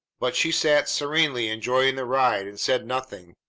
but she sat serenely enjoying the ride, and said nothing.